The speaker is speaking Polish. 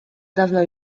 dawna